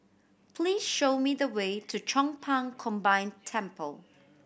please show me the way to Chong Pang Combined Temple